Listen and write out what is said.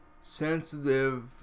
sensitive